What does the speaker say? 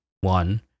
One